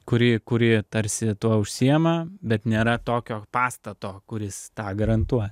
kuri kuri tarsi tuo užsiima bet nėra tokio pastato kuris tą garantuoja